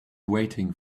waiting